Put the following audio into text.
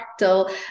fractal